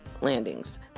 landings